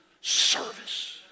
service